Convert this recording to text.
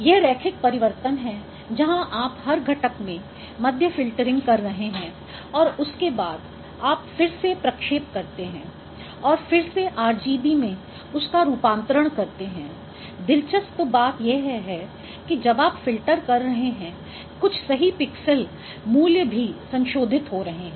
यह रैखिक परिवर्तन है जहां आप हर घटक में मध्य फ़िल्टरिंग कर रहे हैं और उसके बाद आप फिर से प्रक्षेप करते हैं और फिर से RGB में उसका रूपांतरण करते हैं दिलचस्प बात यह है कि जब आप फ़िल्टर कर रहे हैं कुछ सही पिक्सेल मूल्य भी संशोधित हो रहे हैं